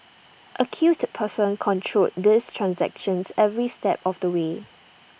accused persons controlled these transactions every step of the way